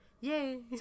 Yay